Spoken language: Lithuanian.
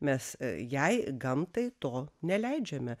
mes jai gamtai to neleidžiame